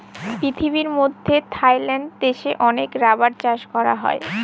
পৃথিবীর মধ্যে থাইল্যান্ড দেশে অনেক রাবার চাষ করা হয়